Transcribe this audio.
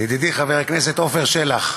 ידידי חבר הכנסת עפר שלח,